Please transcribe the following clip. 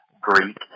Greek